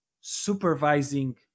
supervising